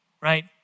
right